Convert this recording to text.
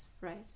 right